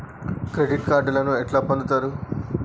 Credit కార్డులను ఎట్లా పొందుతరు?